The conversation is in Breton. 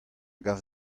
gav